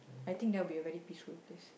I think that will be a very peaceful place